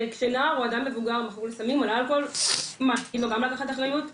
כשנער או אדם מבוגר מכור לסמים או לאלכוהול תגידו לו גם לקחת אחריות?